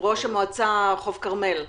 המועצה חוף כרמל,